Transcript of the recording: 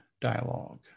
dialogue